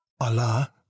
Allah